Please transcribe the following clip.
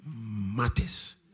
matters